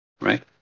right